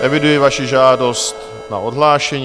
Eviduji vaši žádost na odhlášení.